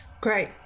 great